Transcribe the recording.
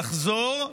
לחזור,